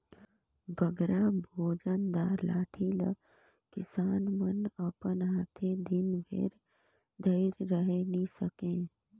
बगरा ओजन दार लाठी ल किसान मन अपन हाथे दिन भेर धइर रहें नी सके